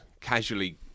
casually